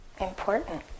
Important